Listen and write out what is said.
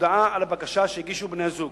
הודעה על הבקשה שהגישו בני-הזוג.